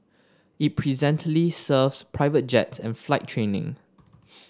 it presently serves private jets and flight training